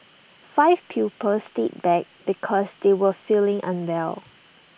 five pupils stayed back because they were feeling unwell